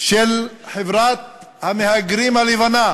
של חברת המהגרים הלבנה